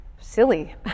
silly